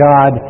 God